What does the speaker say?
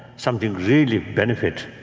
something really benefit,